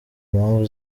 mpamvu